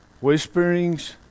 whisperings